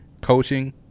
Coaching